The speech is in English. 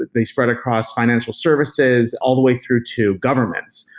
they spread across financial services all the way through to governments,